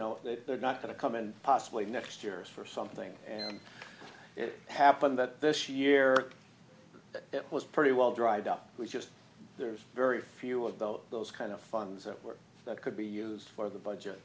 know that they're not going to come in possibly next year is for something and it happened that this year that it was pretty well dried up we just there's very few of those those kind of funds that work that could be used for the budget